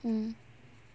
mm